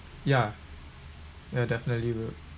ya that will definitely would